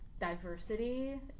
diversity